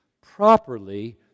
properly